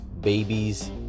babies